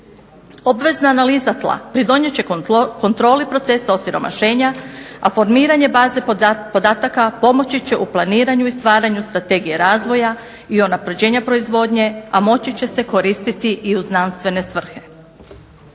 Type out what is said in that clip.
Obvezna analiza tla pridonijet će kontroli procesa osiromašenja, a formiranje baze podataka pomoći će u planiranju i stvaranju Strategije razvoja i unapređenja proizvodnje, a moći će se koristiti i u znanstvene svrhe.